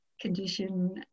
condition